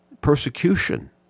persecution